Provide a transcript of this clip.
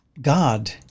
God